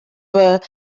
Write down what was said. were